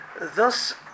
Thus